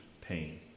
pain